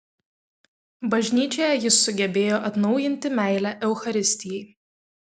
bažnyčioje jis sugebėjo atnaujinti meilę eucharistijai